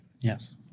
Yes